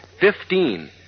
Fifteen